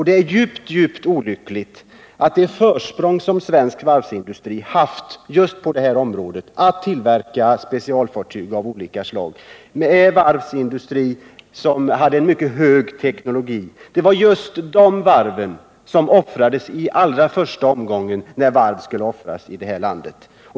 Det är djupt olyckligt att det försprång som svensk varvsindustri haft just när det gällt att tillverka specialfartyg av olika slag, i en varvsindustri som hade en mycket hög teknologisk standard, försvann genom att de varv som var inriktade på detta offrades i den första varvsnedläggningsomgången.